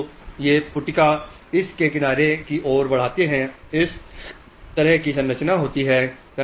तो ये पुटिका इस के किनारे की ओर बढ़ते हैं इस तरह की संरचना होती है